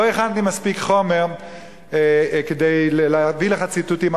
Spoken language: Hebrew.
לא הכנתי מספיק חומר כדי להביא לך ציטוטים,